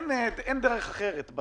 אין דרך אחרת.